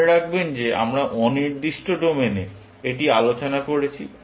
মনে রাখবেন আমরা অনির্দিষ্ট ডোমেন এ এটি আলোচনা করছি